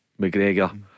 McGregor